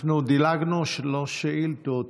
אנחנו דילגנו על שלוש שאילתות